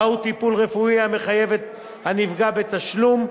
מהו טיפול רפואי המחייב את הנפגע בתשלום.